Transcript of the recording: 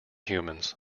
humans